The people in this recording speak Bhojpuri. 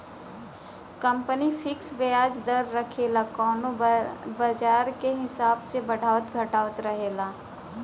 कंपनी फिक्स बियाज दर रखेला कउनो बाजार के हिसाब से बढ़ावत घटावत रहेला